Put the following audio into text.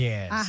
Yes